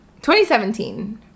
2017